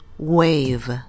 Wave